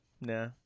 Nah